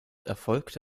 erfolgt